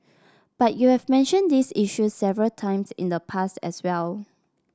but you have mentioned these issues several times in the past as well